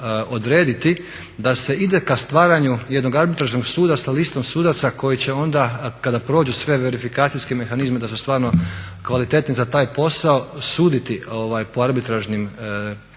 da se ide ka stvaranju jednog arbitražnog suda sa listom sudaca koji će onda kada prođu sve verifikacijske mehanizme da su stvarno kvalitetni za taj posao suditi po arbitražnim